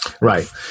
Right